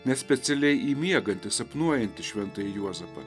ne specialiai į miegantį sapnuojantį šventąjį juozapą